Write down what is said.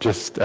just